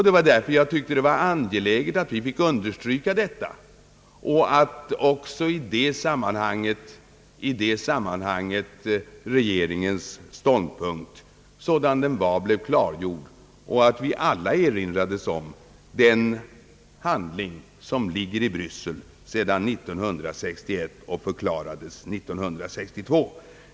Det var därför jag tyckte det var angeläget, att vi fick understryka detta, att i detta sammanhang också regeringens ståndpunkt sådan den var blev klargjord samt att vi alla erinrades om den handling, som ligger i Bryssel sedan 1961 och förklarades 1962.